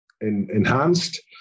enhanced